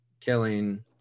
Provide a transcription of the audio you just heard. killing